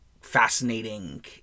fascinating